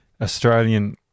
Australian